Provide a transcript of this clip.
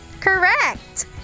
Correct